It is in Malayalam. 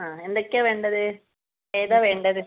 ആ എന്തൊക്കെയാണ് വേണ്ടത് ഏതാണ് വേണ്ടത്